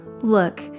Look